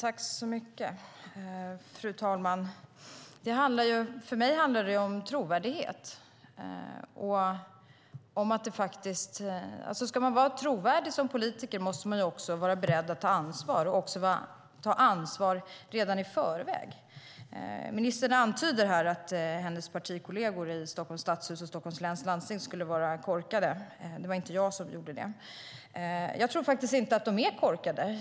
Fru talman! För mig handlar det om trovärdighet. Ska man vara trovärdig som politiker måste man också vara beredd att ta ansvar, och att ta ansvar redan i förväg. Ministern antydde här att hennes partikolleger i Stockholms stadshus och Stockholms läns landsting skulle vara korkade. Det var inte jag som gjorde det. Jag tror faktiskt inte att de är korkade.